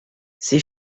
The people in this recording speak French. ses